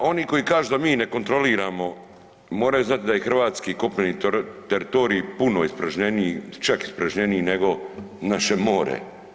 A oni koji kažu da mi ne kontroliramo moraju znati da je hrvatski kopneni teritorij puno ispražnjeniji, čak ispražnjeniji nego naše more.